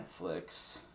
Netflix